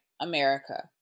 America